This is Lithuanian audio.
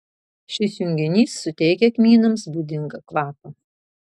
šis junginys suteikia kmynams būdingą kvapą